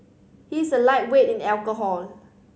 he is a lightweight in alcohol